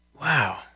wow